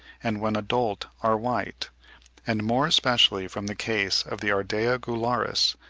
and when adult are white and more especially from the case of the ardea gularis,